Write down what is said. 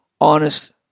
honest